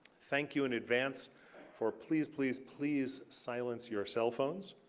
thank you in advance for please, please, please silence your cell phones.